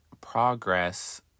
progress